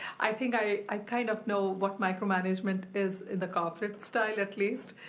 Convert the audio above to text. i think i i kind of know what my co-management is in the corporate style at least.